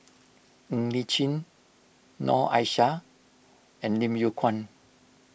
Ng Li Chin Noor Aishah and Lim Yew Kuan